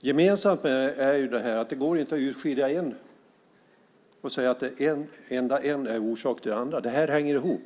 Det går inte att urskilja en och säga att en enda är orsaken till de andra. Det hänger ihop.